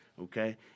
Okay